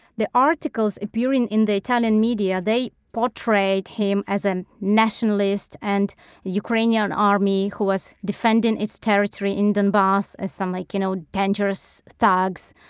the articles appearing in the italian media, they portrayed him as a nationalist and the ukrainian army who was defending it's territory in donbass as some like you know dangerous thugs.